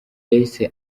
yahise